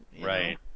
Right